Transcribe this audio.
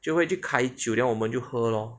就会去开酒 then 我们就喝喽